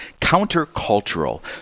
counter-cultural